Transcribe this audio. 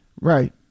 Right